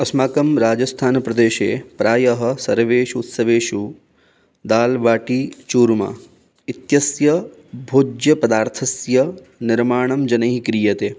अस्माकं राजस्थानप्रदेशे प्रायः सर्वेषु उत्सवेषु दाल्बाटि चूर्म इत्यस्य भोज्यपदार्थस्य निर्माणं जनैः क्रियते